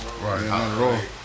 Right